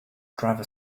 driver